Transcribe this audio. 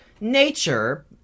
Nature